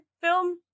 film